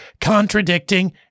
contradicting